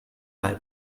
mal